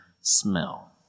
smell